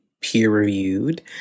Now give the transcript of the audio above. peer-reviewed